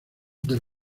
del